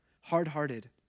hard-hearted